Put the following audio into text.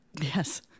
Yes